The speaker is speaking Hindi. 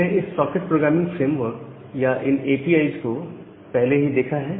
हमने इस सॉकेट प्रोग्रामिंग फ्रेमवर्क या इन एपीआई को पहले ही देखा है